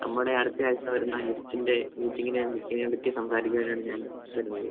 നമ്മുടെ അടുത്ത ആഴ്ച വരുന്ന ഗസ്റ്റിൻ്റെ മീറ്റിംഗിനെ ബുക്കിങ്ങിനേ പറ്റി സംസാരിക്കുവാനാണ് ഞാൻ വരുന്നത്